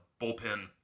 bullpen